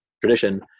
tradition